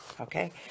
Okay